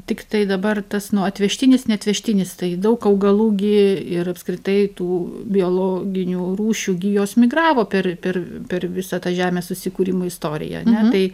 tiktai dabar tas nu atvežtinis neatvežtinis tai daug augalų gi ir apskritai tų biologinių rūšių gi jos migravo per per per visą tą žemės susikūrimo istoriją ane tai